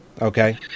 Okay